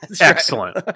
Excellent